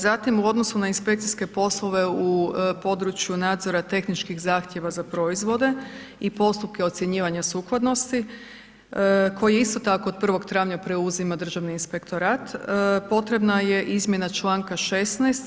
Zatim u odnosu na inspekcijske poslove u području nadzora tehničkih zahtjeva za proizvode i postupke ocjenjivanja sukladnosti koji isto tako od 1. travnja preuzima Državni inspektorat potrebna je izmjena članka 16.